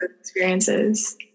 experiences